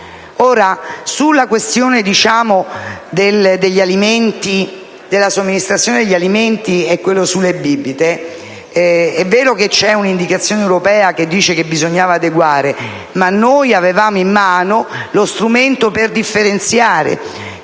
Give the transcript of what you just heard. Sulla questione della somministrazione degli alimenti e delle bibite è vero che in base all'indicazione europea bisognava adeguarsi, ma noi avevamo in mano lo strumento per differenziare.